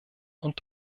und